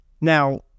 Now